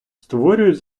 створюють